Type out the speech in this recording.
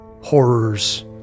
horrors